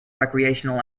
recreational